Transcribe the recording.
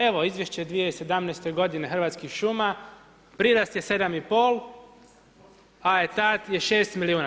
Evo izvješće 2017. godine Hrvatskih šuma, prirast je 7,5 a etat je 6 milijuna.